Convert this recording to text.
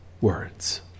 words